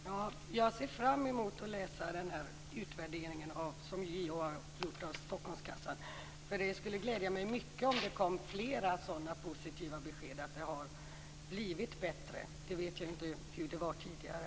Herr talman! Jag ser fram emot att läsa den utvärdering som JO har gjort av Stockholmskassan. Det skulle glädja mig mycket om det kom flera sådana positiva besked att det har blivit bättre. Jag vet inte hur det var tidigare.